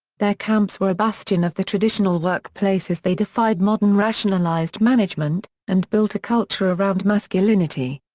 their camps were a bastion of the traditional workplace as they defied modern rationalized management, and built a culture around masculinity.